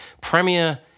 premier